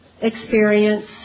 experience